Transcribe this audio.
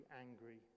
angry